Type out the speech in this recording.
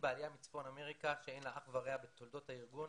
בעלייה מצפון אמריקה שאין לה אח ורע בתולדות הארגון